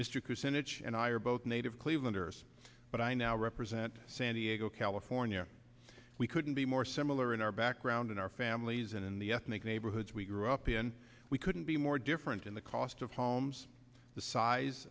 senate and i are both native clevelanders but i now represent san diego california we couldn't be more similar in our background and our families and in the ethnic neighborhoods we grew up in we couldn't be more different in the cost of homes the size